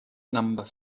number